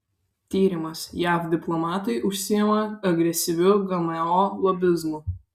tyrimas jav diplomatai užsiima agresyviu gmo lobizmu